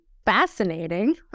fascinating